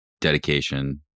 dedication